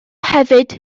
hefyd